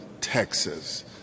Texas